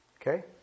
Okay